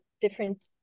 different